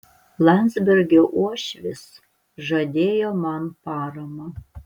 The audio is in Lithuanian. landsbergio uošvis žadėjo man paramą